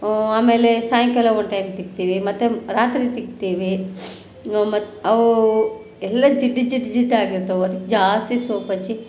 ಆಮೇಲೆ ಸಾಯಂಕಾಲ one time ತಿಕ್ತೀವಿ ಮತ್ತೆ ರಾತ್ರಿ ತಿಕ್ತೀವಿ ಮತ್ತು ಅವು ಎಲ್ಲ ಜಿಡ್ಡು ಜಿಡ್ಡು ಜಿಡ್ಡಾಗಿರ್ತವೆ ಅದಕ್ಕೆ ಜಾಸ್ತಿ ಸೋಪ್ ಹಚ್ಚಿ